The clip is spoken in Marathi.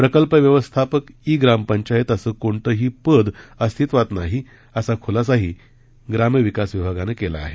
प्रकल्प व्यवस्थापक ई ग्रामपंचायत असं कोणतेही पद अस्तित्वात नाही असा खुलासाही ग्रामविकास विभागानं केला आहे